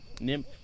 nymph